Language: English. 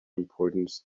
importance